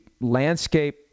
landscape